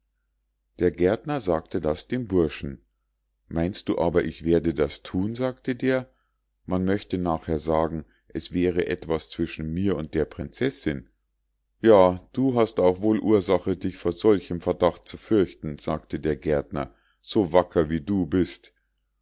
der gärtner sagte das dem burschen meinst du aber ich werde das thun sagte der man möchte nachher sagen es wäre etwas zwischen mir und der prinzessinn ja du hast auch wohl ursache dich vor solchem verdacht zu fürchten sagte der gärtner so wacker wie du bist